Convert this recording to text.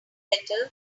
better